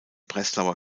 breslauer